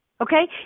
Okay